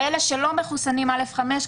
ואלה שלא מחוסנים עם אשרה א5,